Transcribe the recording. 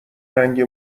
رنگ